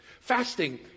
Fasting